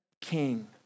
king